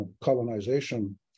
colonization